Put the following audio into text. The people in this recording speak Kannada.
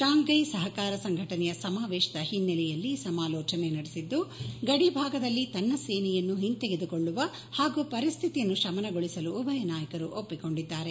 ಶಾಂಘೈ ಸಹಕಾರ ಸಂಘಟನೆಯ ಸಮಾವೇಶದ ಹಿನ್ನೆಲೆಯಲ್ಲಿ ಸಮಾಲೋಚನೆ ನಡೆಸಿದ್ದು ಗಡಿ ಭಾಗದಲ್ಲಿ ತನ್ನ ಸೇನೆಯನ್ನು ಹಿಂತೆಗೆದುಕೊಳ್ಳುವ ಹಾಗೂ ಪರಿಸ್ಹಿತಿಯನ್ನು ಶಮನಗೊಳಿಸಲು ಉಭಯ ನಾಯಕರು ಒಪ್ಪಿಕೊಂಡಿದ್ದಾರೆ